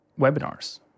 webinars